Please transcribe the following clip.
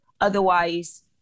Otherwise